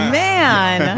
man